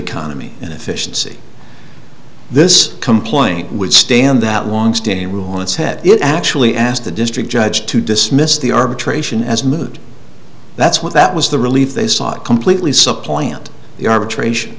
economy and efficiency this complaint would stand that long standing rule on its head it actually asked the district judge to dismiss the arbitration as moved that's what that was the relief they sought completely supplant the arbitration